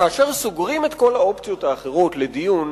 כאשר סוגרים את כל האופציות האחרות לדיון